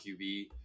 QB